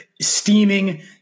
steaming